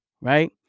Right